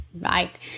Right